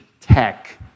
tech